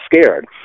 scared